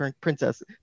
princess